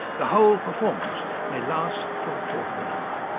the whole performance may last for a quarter of an hour.